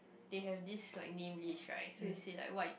they have this like name list right so you say like what you